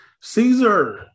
Caesar